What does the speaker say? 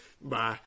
Bye